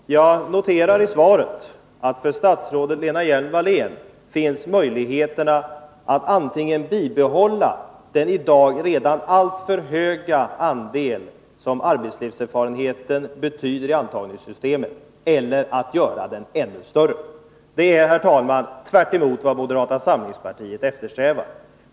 Herr talman! Jag noterar i svaret att för statsrådet Lena Hjelm-Wallén finns möjligheterna att antingen bibehålla den i dag alltför stora andel som arbetslivserfarenheten har i antagningssystemet eller att göra den andelen ännu större. Det är, herr talman, tvärtemot vad moderata samlingspartiet eftersträvar.